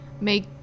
make